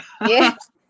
Yes